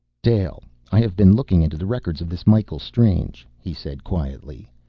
dale, i have been looking into the records of this michael strange, he said quietly.